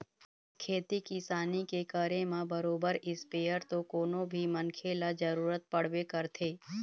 खेती किसानी के करे म बरोबर इस्पेयर तो कोनो भी मनखे ल जरुरत पड़बे करथे